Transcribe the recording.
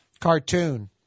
cartoon